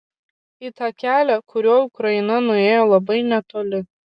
į tą kelią kuriuo ukraina nuėjo labai netoli